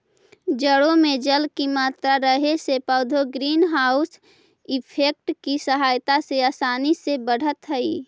जड़ों में जल की मात्रा रहे से पौधे ग्रीन हाउस इफेक्ट की सहायता से आसानी से बढ़त हइ